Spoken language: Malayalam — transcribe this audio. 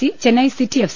C Chennai city F